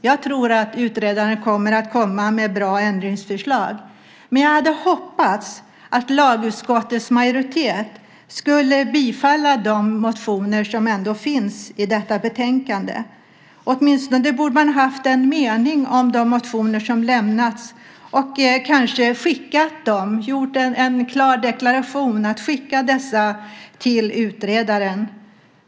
Jag tror att utredaren kommer att komma med bra ändringsförslag, men jag hade hoppats att lagutskottets majoritet skulle bifalla de motioner som ändå finns i detta betänkande. Åtminstone borde man ha haft en mening om de motioner som lämnats och kanske skickat dem, gjort en klar deklaration och skickat dessa till utredaren.